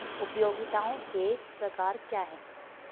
उपयोगिताओं के प्रकार क्या हैं?